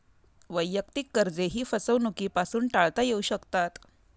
वैयक्तिक कर्जेही फसवणुकीपासून टाळता येऊ शकतात